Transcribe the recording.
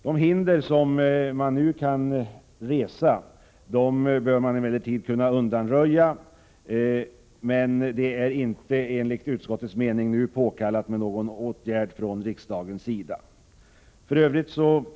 De hinder som man kan resa bör emellertid kunna undanröjas, men enligt utskottets mening är någon åtgärd från riksdagens sida nu inte påkallad.